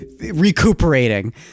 recuperating